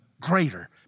greater